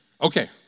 Okay